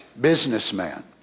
businessman